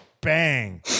bang